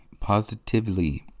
positively